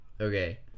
okay